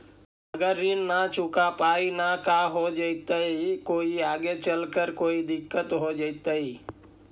अगर ऋण न चुका पाई न का हो जयती, कोई आगे चलकर कोई दिलत हो जयती?